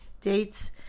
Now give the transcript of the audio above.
dates